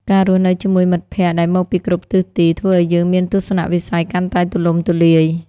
ការរស់នៅជាមួយមិត្តភក្តិដែលមកពីគ្រប់ទិសទីធ្វើឲ្យយើងមានទស្សនៈវិស័យកាន់តែទូលំទូលាយ។